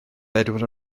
bedwar